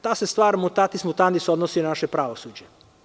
Ta se stvar „mutatis mutandis“ odnosi na naše pravosuđe.